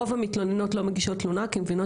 רוב המתלוננות לא מגישה תלונה כי הן מבינות